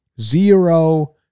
Zero